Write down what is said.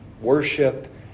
worship